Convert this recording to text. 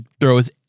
throws